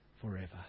forever